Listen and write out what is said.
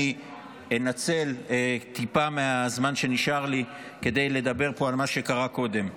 אני אנצל טיפה מהזמן שנשאר לי כדי לדבר פה על מה שקרה קודם.